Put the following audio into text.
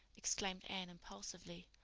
exclaimed anne impulsively.